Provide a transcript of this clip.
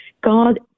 God